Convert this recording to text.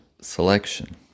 selection